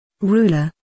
Ruler